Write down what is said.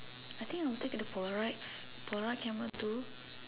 I think I will take the Polaroid Polaroid camera too